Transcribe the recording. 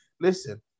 listen